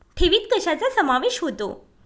ठेवीत कशाचा समावेश होतो?